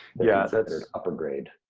yeah that's upper grade.